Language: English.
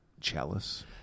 Chalice